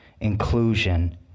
Inclusion